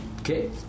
Okay